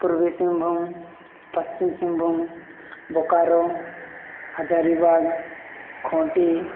Purbi Singhbhum Paschim Singhbhum Bokaro Hazaribagh Khunti